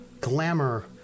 glamour